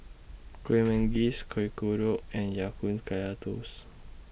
Kueh Manggis Kuih Kodok and Ya Kun Kaya Toast